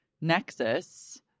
Nexus